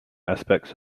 aspects